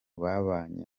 babanye